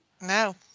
No